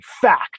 fact